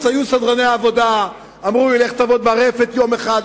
היו סדרני עבודה ואמרו לי: לך תעבוד ברפת יום אחד,